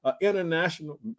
international